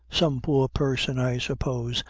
some poor person, i suppose,